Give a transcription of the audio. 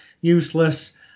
useless